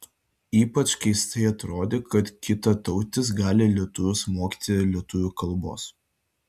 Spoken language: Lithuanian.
ypač keistai atrodė kad kitatautis gali lietuvius mokyti lietuvių kalbos